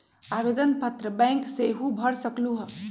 आवेदन पत्र बैंक सेहु भर सकलु ह?